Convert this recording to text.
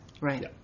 Right